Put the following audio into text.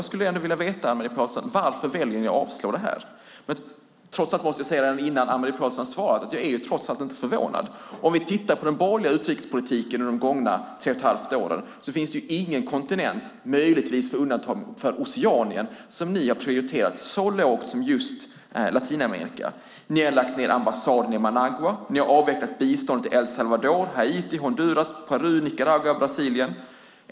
Jag skulle vilja veta, Anne-Marie Pålsson: Varför väljer ni att yrka avslag på det här? Innan Anne-Marie Pålsson svarar måste jag säga att jag trots allt inte är förvånad. Om vi tittar på den borgerliga utrikespolitiken under de gångna tre och ett halvt åren finns det ingen kontinent - möjligtvis med undantag för Oceanien - som ni har prioriterat så lågt som just Latinamerika. Ni har lagt ned ambassaden i Managua och avvecklat biståndet till El Salvador, Haiti, Honduras, Peru, Nicaragua och Brasilien.